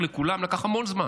לקח המון זמן.